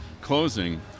closing